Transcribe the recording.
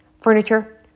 Furniture